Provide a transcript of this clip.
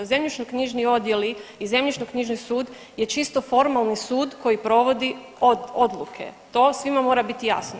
Zemljišno-knjižni odjeli i zemljišno-knjižni sud je čisto formalni sud koji provodi odluke, to svima mora biti jasno.